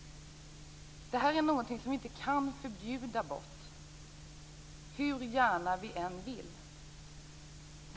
Detta är någonting som inte kan förbjudas bort, hur gärna vi än vill det.